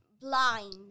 Blind